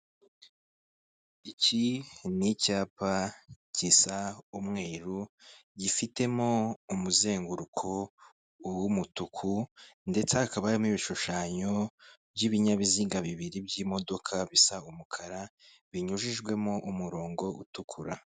Iki ni icyapa gisa umweru gifitemo umuzenguruko w'umutuku ndetse hakaba harimo ibishushanyo by'ibinyabiziga bibiri by'imodoka bisa umukara binyujijwemo umurongo utukura.